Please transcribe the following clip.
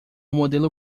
modelo